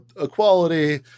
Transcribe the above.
equality